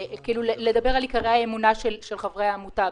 על עיקרי האמונה של חברי העמותה.